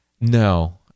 No